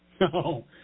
No